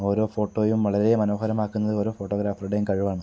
ഓരോ ഫോട്ടോയും വളരേ മനോഹരമാക്കുന്നത് ഓരോ ഫോട്ടോഗ്രാഫർടെയും കഴിവാണ്